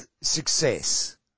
success